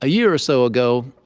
ah year or so ago,